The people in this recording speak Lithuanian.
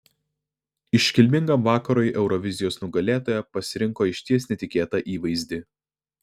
iškilmingam vakarui eurovizijos nugalėtoja pasirinko išties netikėtą įvaizdį